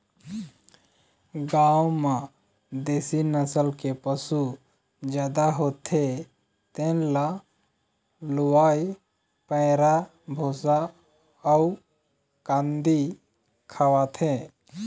गाँव म देशी नसल के पशु जादा होथे तेन ल लूवय पैरा, भूसा अउ कांदी खवाथे